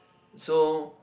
so